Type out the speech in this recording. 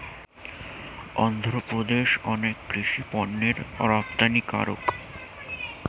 অন্ধ্রপ্রদেশ অনেক কৃষি পণ্যের রপ্তানিকারক